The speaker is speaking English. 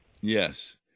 Yes